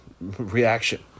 reaction